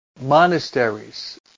monasteries